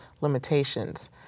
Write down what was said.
limitations